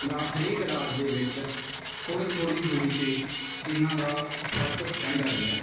ਦਾ ਹਰੇਕ ਰਾਜ ਦੇ ਵਿੱਚ ਥੋੜ੍ਹੇ ਥੋੜ੍ਹੀ ਦੂਰੀ ਅਤੇ ਇਹਨਾਂ ਦਾ ਫਰਕ ਪੈਂਦਾ ਰਹਿੰਦਾ